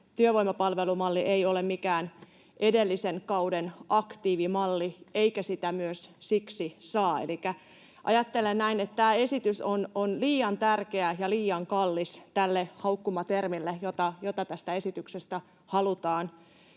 työvoimapalvelumalli ei ole mikään edellisen kauden aktiivimalli eikä sitä myöskään siksi saa. Elikkä ajattelen näin, että tämä esitys on liian tärkeä ja liian kallis tälle haukkumatermille, jota tästä esityksestä halutaan